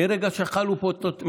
מרגע שחלו פה תופעות,